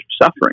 suffering